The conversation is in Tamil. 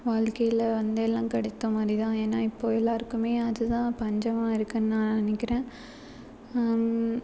வாழ்க்கையில் வந்து எல்லாம் கிடைத்த மாதிரி தான் ஏன்னா இப்போது எல்லோருக்குமே அது தான் பஞ்சமாக இருக்குது நான் நினைக்கிறேன்